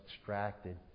extracted